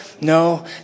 no